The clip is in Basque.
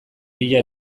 bila